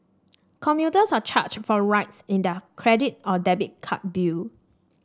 commuters are charged for rides in their credit or debit card bill